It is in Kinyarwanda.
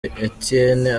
etienne